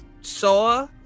saw